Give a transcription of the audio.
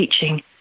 Teaching